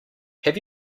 have